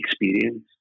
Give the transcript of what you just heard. experience